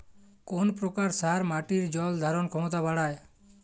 কোন প্রকার সার মাটির জল ধারণ ক্ষমতা বাড়ায়?